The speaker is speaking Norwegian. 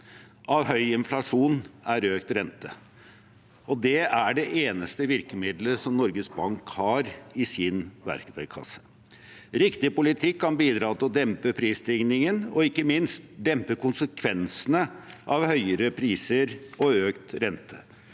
av høy inflasjon er økt rente. Det er det eneste virkemiddelet som Norges Bank har i sin verktøykasse. Riktig politikk kan bidra til å dempe prisstigningen og ikke minst dempe konsekvensene av høyere priser og økt rente.